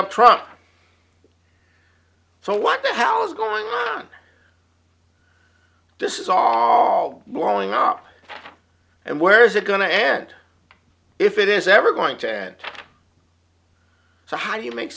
up trump so what the hell's going on this is all blowing up and where's it going to end if it is ever going to end so how do you make